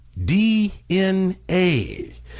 DNA